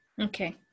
okay